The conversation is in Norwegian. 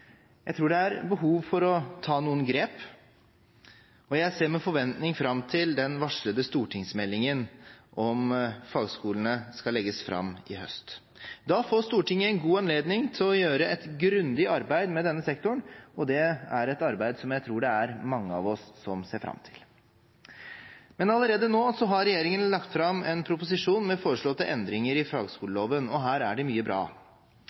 Jeg tror det er behov for å ta noen grep, og jeg ser med forventning fram til den varslede stortingsmeldingen om fagskolene, som skal legges fram i høst. Da får Stortinget en god anledning til å gjøre et grundig arbeid med denne sektoren, og det er et arbeid som jeg tror det er mange av oss som ser fram til. Allerede nå har regjeringen lagt fram en proposisjon med foreslåtte endringer i fagskoleloven, og her er det mye bra.